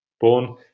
born